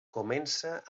comença